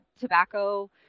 tobacco